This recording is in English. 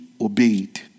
obeyed